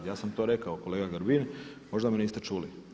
Ja sam to rekao kolega Grbin, možda me niste čuli.